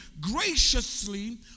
graciously